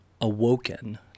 awoken